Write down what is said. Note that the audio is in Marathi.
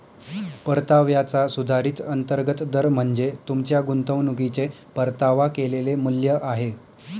परताव्याचा सुधारित अंतर्गत दर म्हणजे तुमच्या गुंतवणुकीचे परतावा केलेले मूल्य आहे